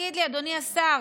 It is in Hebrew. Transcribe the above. תגיד לי, אדוני השר,